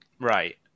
Right